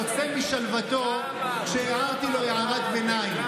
יוצא משלוותו כשהערתי לו הערת ביניים.